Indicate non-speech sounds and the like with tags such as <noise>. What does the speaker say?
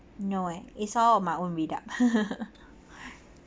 no eh it's out of my own read up <laughs>